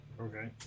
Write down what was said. Okay